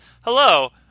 hello